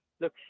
Look